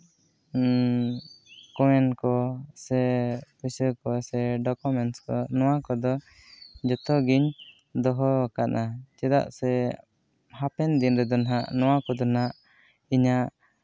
ᱠᱚᱭᱮᱱ ᱠᱚ ᱥᱮ ᱯᱩᱭᱥᱟᱹ ᱠᱚ ᱥᱮ ᱰᱚᱠᱳᱢᱮᱱᱴᱥ ᱠᱚ ᱱᱚᱣᱟ ᱠᱚᱫᱚ ᱡᱚᱛᱚᱜᱤᱧ ᱫᱚᱦᱚ ᱟᱠᱟᱫᱟ ᱪᱮᱫᱟᱜ ᱥᱮ ᱦᱟᱯᱮᱱ ᱫᱤᱱ ᱨᱮᱫᱚ ᱦᱟᱸᱜ ᱱᱚᱣᱟ ᱠᱚᱫᱚ ᱦᱟᱸᱜ ᱤᱧᱟᱹᱜ